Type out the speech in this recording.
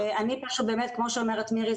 אני פשוט כמו שאומרת מירי,